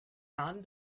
none